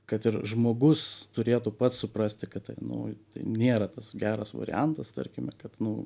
kad ir žmogus turėtų pats suprasti kad tai nu nėra tas geras variantas tarkime kad nu